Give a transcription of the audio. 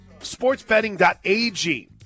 sportsbetting.ag